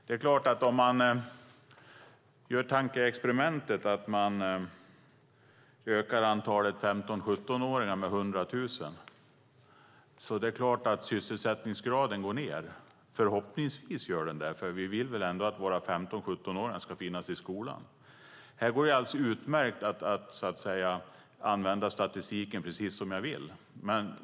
Om man gör tankeexperimentet att man ökar antalet 15-17-åringar med 100 000 går naturligtvis sysselsättningsgraden ned. Förhoppningsvis gör den det - vi vill väl att våra 15-17-åringar ska finnas i skolan. Det går alldeles utmärkt att använda statistiken som man vill.